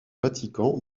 vatican